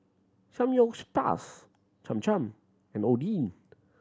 Cham Cham and Oden